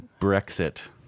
Brexit